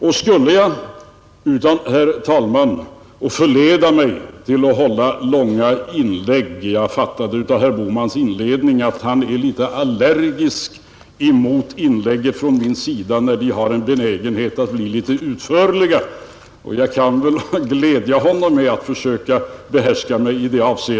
Jag skall inte låta förleda mig att hålla ett långt inlägg — av herr Bohmans inledning fattade jag att han är allergisk mot inlägg från min sida när de har en benägenhet att bli litet utförligare.